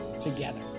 together